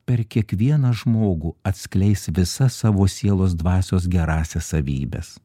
per kiekvieną žmogų atskleis visas savo sielos dvasios gerąsias savybes